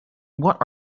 what